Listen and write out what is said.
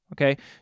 okay